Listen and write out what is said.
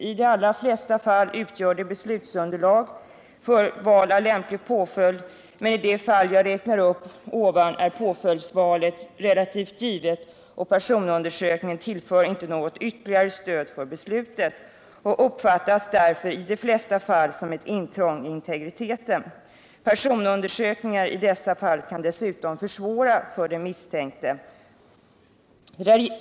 I de allra flesta fall utgör de beslutsunderlag för val av lämplig påföljd, men i de fall jag räknat upp är ofta påföljdsvalet relativt givet. Personundersökning tillför inte något ytterligare stöd för beslut och uppfattas därför i de flesta fall som ett intrång i integriteten. Personundersökningar i dessa fall kan dessutom försvåra för den misstänkte.